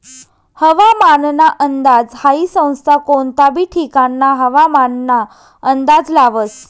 हवामानना अंदाज हाई संस्था कोनता बी ठिकानना हवामानना अंदाज लावस